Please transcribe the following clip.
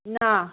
না